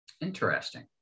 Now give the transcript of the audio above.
Interesting